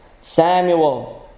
Samuel